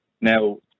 Now